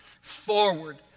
forward